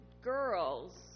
girls